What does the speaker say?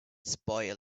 spoil